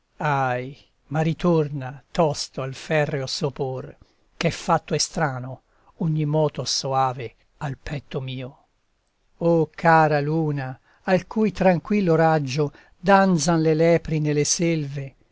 ahi ma ritorna tosto al ferreo sopor ch'è fatto estrano ogni moto soave al petto mio o cara luna al cui tranquillo raggio danzan le lepri nelle selve